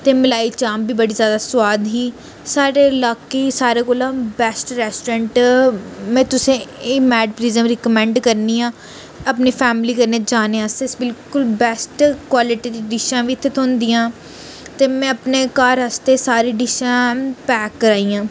ते मलाई चांप बी बड़ी ज्यादा सुआद ही साढ़े लाके सारें कोलां बैस्ट रेस्टोरेंट में तुसें गी एह् मैड प्रिजम रिकमैंड करनी आं अपनी फैमली कन्नै जाने आस्तै बिलकुल बैस्ट क्वालटी दियां डिशां बी इत्थें थ्होंदियां ते में अपने घर आस्तै सारी डिशां पैक कराइयां